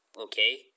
Okay